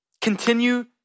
continue